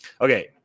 okay